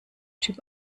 typ